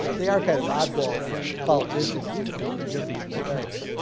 you know they are kind of oddball politicians and in in different respects.